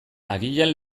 agian